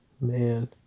man